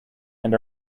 and